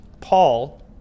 Paul